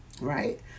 Right